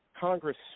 Congress